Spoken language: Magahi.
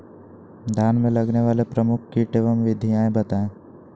धान में लगने वाले प्रमुख कीट एवं विधियां बताएं?